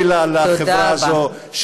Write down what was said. אוי לה לחברה הזאת,